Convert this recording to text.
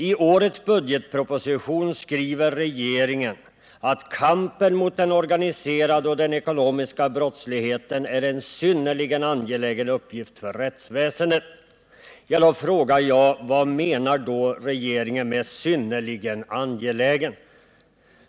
I årets budgetproposition skriver regeringen: ”Kampen mot den organiserade och den ekonomiska brottsligheten är en synnerligen angelägen uppgift för rättsväsendet.” Vad menar då regeringen med ”synnerligen angelägen”?